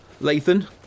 Lathan